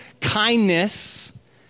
kindness